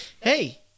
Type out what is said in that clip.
Hey